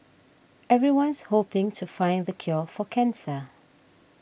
everyone's hoping to find the cure for cancer